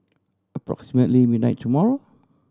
approximately midnight tomorrow